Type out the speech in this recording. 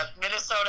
Minnesota